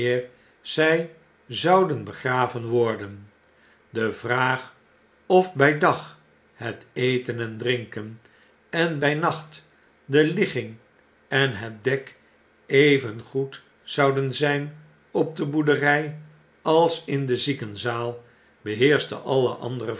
zy zouden begraven worden de vraag of bij dag het eten en drinken en bij nacht de ligging en het dek even goed zouden zyn op de boerdery als in de ziekenzaal beheerschte alle andere